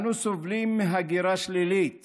אנו סובלים מהגירה שלילית